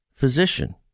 physician